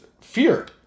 fear